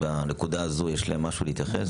שבנקודה הזו יש להם משהו להתייחס,